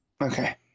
Okay